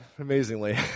amazingly